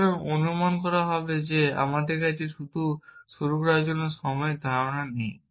সুতরাং অনুমান করা হবে যে আমাদের কাছে শুরু করার জন্য সময়ের ধারণা নেই